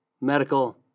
medical